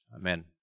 Amen